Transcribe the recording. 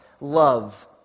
Love